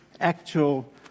actual